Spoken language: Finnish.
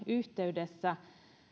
yhteydessä